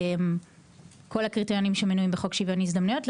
כל הקריטריונים שמנויים בחוק שוויון הזדמנויות,